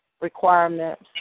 requirements